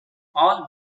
all